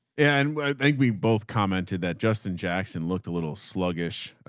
and i think we both commented that justin jackson looked a little sluggish.